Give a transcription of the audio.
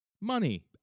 Money